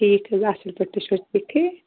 ٹھیٖک حظ اَصٕل پٲٹھۍ تُہۍ چھُو حظ ٹھیٖکٕے